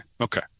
Okay